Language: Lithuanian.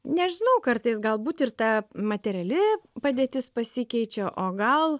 nežinau kartais galbūt ir ta materiali padėtis pasikeičia o gal